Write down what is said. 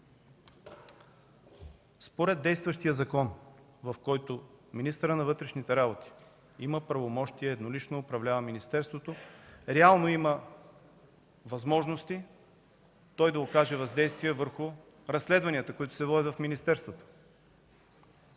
Според действащия закон, в който министърът на вътрешните работи има правомощие и еднолично управлява министерството, реално има възможности той да окаже въздействие върху разследванията, които се водят в министерството.